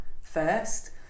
first